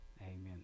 Amen